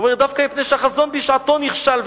הוא אומר: "ודווקא מפני שהחזון בשעתו נכשל,